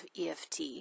EFT